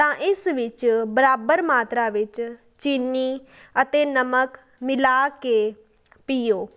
ਤਾਂ ਇਸ ਵਿੱਚ ਬਰਾਬਰ ਮਾਤਰਾ ਵਿੱਚ ਚੀਨੀ ਅਤੇ ਨਮਕ ਮਿਲਾ ਕੇ ਪੀਓ